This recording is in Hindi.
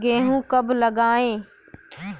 गेहूँ कब लगाएँ?